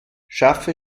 schaffe